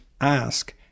ask